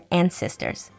ancestors